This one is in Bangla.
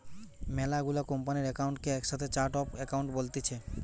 মেলা গুলা কোম্পানির একাউন্ট কে একসাথে চার্ট অফ একাউন্ট বলতিছে